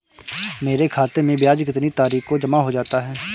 मेरे खाते में ब्याज कितनी तारीख को जमा हो जाता है?